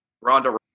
Ronda